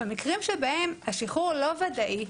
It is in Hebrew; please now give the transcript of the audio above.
במקרים שבהם השחרור לא ודאי,